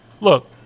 Look